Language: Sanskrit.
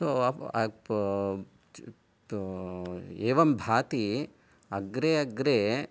सो अपो एवं भाति अग्रे अग्रे